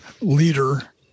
leader